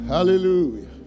Hallelujah